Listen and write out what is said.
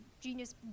genius